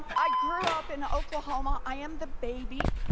i grew up in oklahoma. i am the baby.